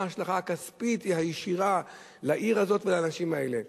מה ההשלכה הכספית הישירה על העיר הזאת והאנשים האלה?